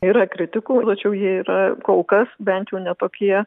yra kritikų tačiau jie yra kol kas bent jau ne tokie